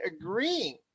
agreeing